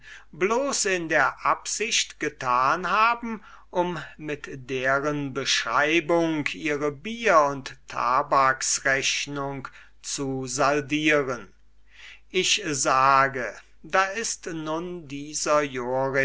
in der absicht getan haben mit deren beschreibung ihre bier und tabaksrechnung zu saldieren ich sage da ist nun dieser